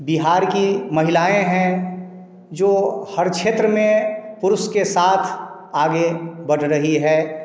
बिहार की महिलाएँ हैं जो हर क्षेत्र में पुरुष के साथ आगे बढ़ रही है